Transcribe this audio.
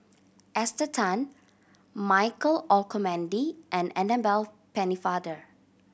Esther Tan Michael Olcomendy and Annabel Pennefather